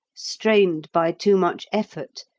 strained by too much effort,